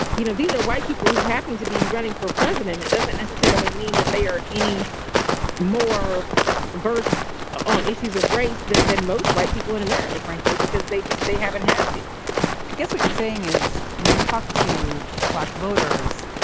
you know, these are white people who happened to be running for president it doesn't necessarily mean that they are any more versed on issues of race than than most white people in america, frankly, because they just they haven't had to be i guess what you're saying is when you talk to black voters,